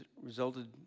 resulted